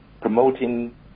promoting